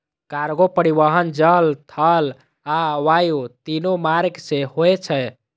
cargo परिवहन जल, थल आ वायु, तीनू मार्ग सं होय छै